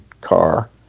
car